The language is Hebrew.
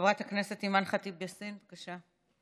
חברת הכנסת אימאן ח'טיב יאסין, בבקשה.